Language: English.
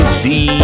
see